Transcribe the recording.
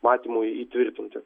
matymui įtvirtinti